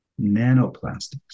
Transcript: nanoplastics